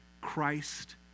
Christ